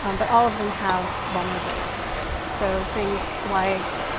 um but all of them have vulnerabilities. so things like